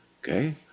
Okay